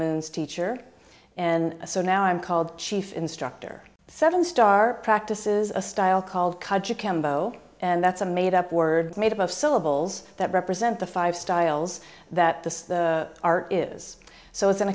moons teacher and so now i'm called chief instructor seven star practices a style called and that's a made up word made up of syllables that represent the five styles that the art is so it's